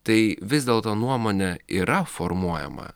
tai vis dėlto nuomonė yra formuojama